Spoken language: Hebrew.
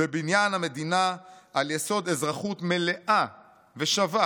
בבניין המדינה על יסוד אזרחות מלאה ושווה